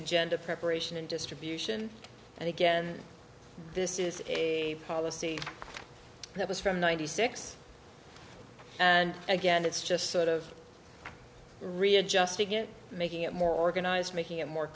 agenda preparation and distribution and again this is a policy that was from ninety six and again it's just sort of readjusting it making it more organized making it more